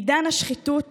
עידן השחיתות